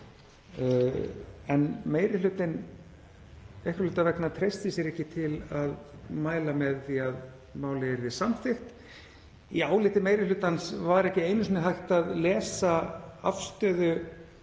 en meiri hlutinn einhverra hluta vegna treysti sér ekki til að mæla með því að málið yrði samþykkt. Í áliti meiri hlutans var ekki einu sinni hægt að lesa afstöðu